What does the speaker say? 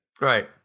Right